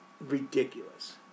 Ridiculous